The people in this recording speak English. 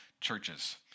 churches